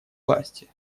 власти